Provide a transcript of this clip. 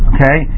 Okay